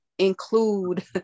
include